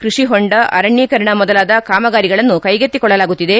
ಕೈಷಿ ಹೊಂಡ ಅರಣ್ಯೇಕರಣ ಮೊದಲಾದ ಕಾಮಗಾರಿಗಳನ್ನು ಕೈಗೆತ್ತಿಕೊಳ್ಳಲಾಗುತ್ತಿದೆ